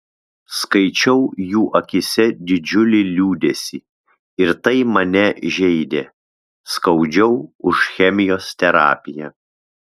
skaičiau jų akyse didžiulį liūdesį ir tai mane žeidė skaudžiau už chemijos terapiją